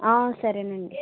సరేనండి